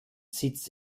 sitz